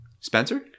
spencer